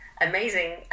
amazing